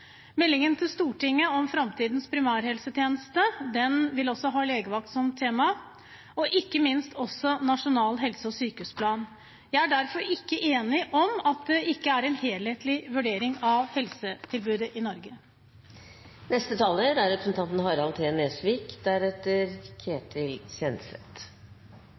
Meldingen til Stortinget om framtidens primærhelsetjeneste vil også ha legevakt som tema, og ikke minst Nasjonal helse- og sykehusplan. Jeg er derfor ikke enig i at det ikke er en helhetlig vurdering av helsetilbudet i Norge. Representanten